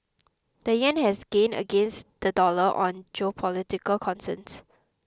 the yen has gained against the dollar on geopolitical concerns